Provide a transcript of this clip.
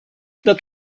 that